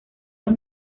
los